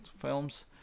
films